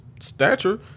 stature